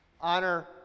Honor